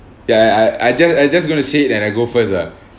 ya I I just I just going to say it and I go first ah